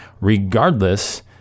regardless